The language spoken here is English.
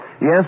Yes